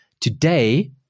Today